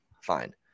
Fine